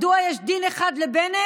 מדוע יש דין אחד לבנט,